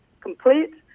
complete